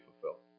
fulfilled